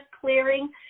clearing